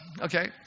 Okay